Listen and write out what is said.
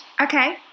Okay